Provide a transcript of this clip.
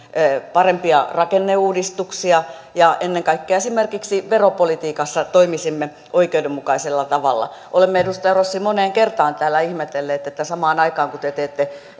parempia rakenneuudistuksia ja ennen kaikkea esimerkiksi veropolitiikassa toimisimme oikeudenmukaisella tavalla olemme edustaja rossi moneen kertaan täällä ihmetelleet että samaan aikaan kun te teette